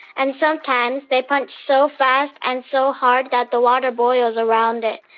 and sometimes, they punch so fast and so hard that the water boils around it,